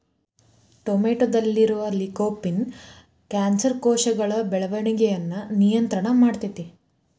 ಟೊಮೆಟೊದಲ್ಲಿರುವ lycopene cancer ಕೋಶಗಳ ಬೆಳವಣಿಗಯನ್ನ ನಿಯಂತ್ರಣ ಮಾಡ್ತೆತಿ